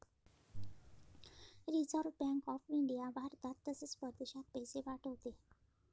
reserve bank of India भारतात तसेच परदेशात पैसे पाठवते